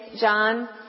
John